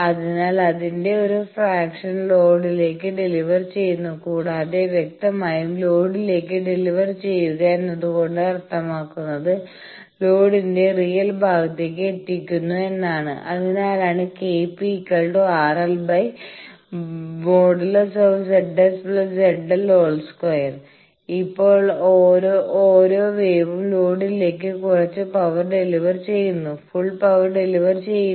അതിനാൽ അതിന്റെ ഒരു ഫ്രാക്ഷൻ ലോഡിലേക്ക് ഡെലിവർ ചെയ്യുന്നു കൂടാതെ വ്യക്തമായും ലോഡിലേക്ക് ഡെലിവർ ചെയ്യുക എന്നതുകൊണ്ട് അർത്ഥമാക്കുന്നത് ലോഡിന്റെ റിയൽ ഭാഗത്തേക്ക് എത്തിക്കുന്നു എന്നാണ് അതിനാലാണ് Kₚ RL|Z S Z L |² ഇപ്പോൾ ഓരോ വേവും ലോഡിലേക്ക് കുറച്ച് പവർ ഡെലിവർ ചെയുന്നു ഫുൾ പവർ ഡെലിവർ ചെയ്യില്ല